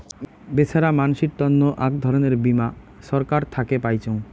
বেছেরা মানসির তন্ন আক ধরণের বীমা ছরকার থাকে পাইচুঙ